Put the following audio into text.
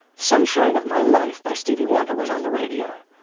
sunshine of my life by stevie wonder was on the radio.